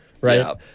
right